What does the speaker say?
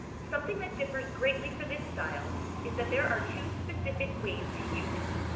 something that differs greatly for this style is that there are two specific ways to use it.